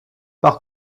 par